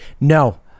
No